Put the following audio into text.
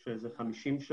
של 50 שעות.